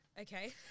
Okay